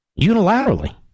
unilaterally